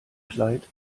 kleid